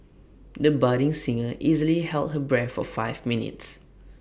the budding singer easily held her breath for five minutes